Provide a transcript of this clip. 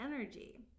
energy